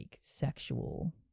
sexual